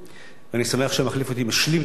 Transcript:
אני שמח שהמחליף אותי משלים את הפעולה,